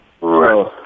Right